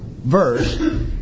verse